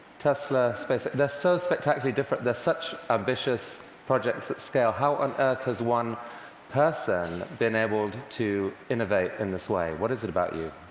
tesla, spacex, they're so spectacularly different, they're such ambitious projects at scale. how on earth has one person been able to innovate in this way? what is it about you?